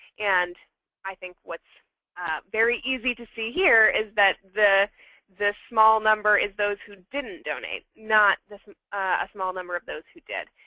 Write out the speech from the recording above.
and i think what's very easy to see here is that the the small number is those who didn't donate, not a ah small number of those who did.